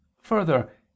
Further